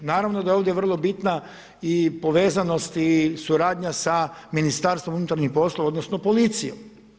Naravno da je ovdje vrlo bitna i povezanost i suradnja sa Ministarstvo unutarnjih poslova odnosno policijom.